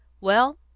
Well